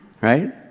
right